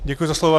Děkuji za slovo.